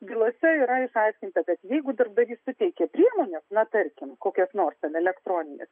bylose yra išaiškinta kad jeigu darbdavys suteikia priemones na tarkim kokias nors ten elektronines